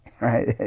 right